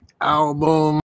album